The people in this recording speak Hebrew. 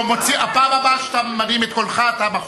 בפעם הבאה שאתה מרים את קולך אתה בחוץ.